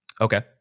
Okay